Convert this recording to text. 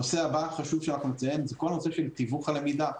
הנושא הבא שחשוב שאנחנו נציין זה כל הנושא של תיווך הלמידה.